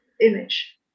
image